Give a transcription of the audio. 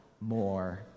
more